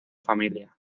familia